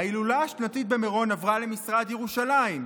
ההילולה השנתית במירון עברה למשרד ירושלים.